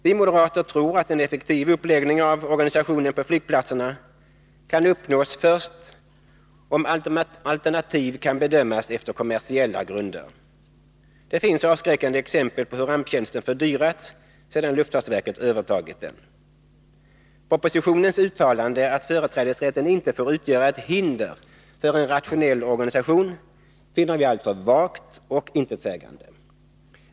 Vi moderater tror att en effektiv uppläggning av organisationen på flygplatserna kan uppnås först om alternativ kan bedömas efter kommersiella grunder. Det finns avskräckande exempel på hur ramptjänsten fördyrats sedan luftfartsverket övertagit den. Propositionens uttalande att företrädesrätten inte får utgöra ett hinder för en rationell organisation finner vi alltför vagt och intetsägande.